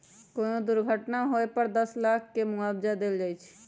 कोनो दुर्घटना होए पर दस लाख तक के मुआवजा देल जाई छई